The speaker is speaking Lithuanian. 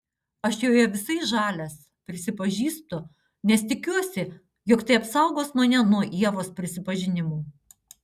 aš joje visai žalias prisipažįstu nes tikiuosi jog tai apsaugos mane nuo ievos prisipažinimų